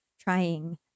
trying